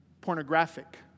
Pornographic